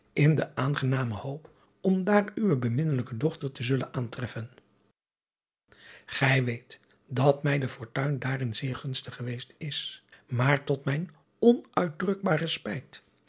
in de aangename hoop om daar uwe beminnelijke dochter te zullen aantrefsen ij weet dat mij de fortuin daarin zeer gunstig geweest is aar tot mijn